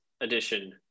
edition